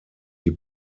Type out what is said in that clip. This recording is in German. die